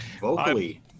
vocally